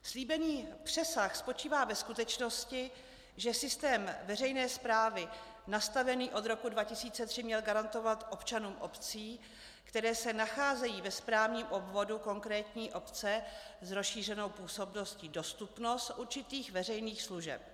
Slíbený přesah spočívá ve skutečnosti, že systém veřejné správy nastavený od roku 2003 měl garantovat občanům obcí, které se nacházejí se správním obvodu konkrétní obce s rozšířenou působností, dostupnost určitých veřejných služeb.